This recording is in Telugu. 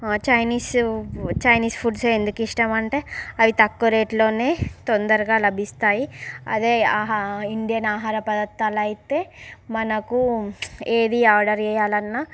చైనీస్ చైనీస్ ఫుడ్సే ఎందుకు ఇష్టమంటే అది తక్కువ రేట్లోనే తొందరగా లభిస్తాయి అదే ఆహా ఇండియన్ ఆహార పదార్ధాలు అయితే మనకు ఏది ఆర్డర్ చేయలన్నా